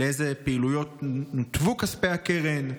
2. לאילו פעילויות נותבו כספי הקרן?